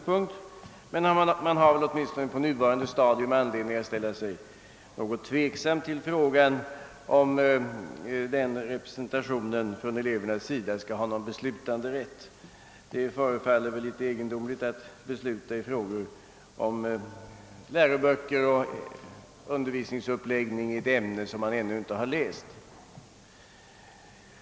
På nuvarande stadium har man emellertid anledning att ställa sig något tveksam till frågan, huruvida elevernas representanter skall ha någon beslutanderätt. Det förefaller väl litet egendomligt att de skall kunna besluta i frågor om läroböcker och uppläggning av undervisningen i ett ämne som de ännu inte har läst.